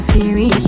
Siri